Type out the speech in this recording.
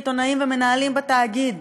עיתונאים ומנהלים בתאגיד,